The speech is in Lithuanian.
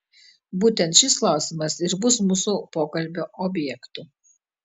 būtent šis klausimas ir bus mūsų pokalbio objektu